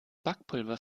backpulver